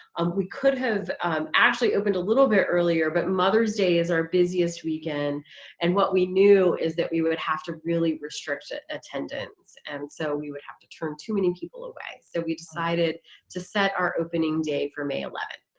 we could have actually opened a little bit earlier, but mother's day is our busiest weekend and what we knew is that we we would have to really restrict ah attendance and so we would have to turn too many people away. so we decided to set our opening day for may eleventh.